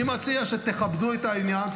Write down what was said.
אני מציע שתכבדו את העניין,